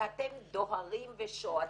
כי אתם דוהרים ושועטים,